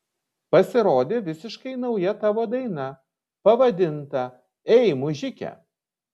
pasirodė visiškai nauja tavo daina pavadinta ei mužike